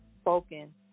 spoken